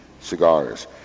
cigars